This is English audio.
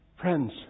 Friends